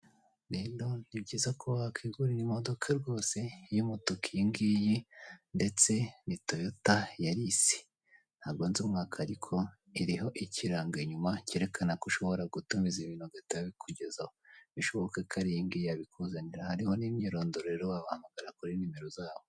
Rero ni byiza kuba wakigurira imodoka rwose y'umutuku iyi ngiyi, ndetse ni toyota ya risi. Ntabwo nzi umwaka ariko iriho ikirango inyuma cyerekanako ushobora gutumiza ibintu bagahita babikugezaho, bishobokako ari iyi ngiyi yabikuzanira, hariho n'imyirondoro rero wabahamagara kuri nimero zabo.